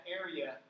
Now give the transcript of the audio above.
area